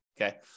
Okay